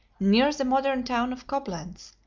near the modern town of coblenz,